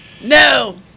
No